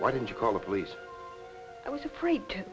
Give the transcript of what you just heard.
why did you call the police i was afraid to